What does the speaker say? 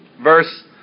Verse